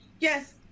yes